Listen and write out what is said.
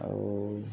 ଆଉ